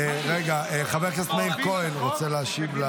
רגע, חבר הכנסת מאיר כהן, רוצה להשיב?